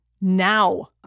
Now